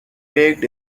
baked